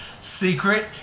Secret